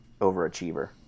overachiever